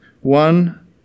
One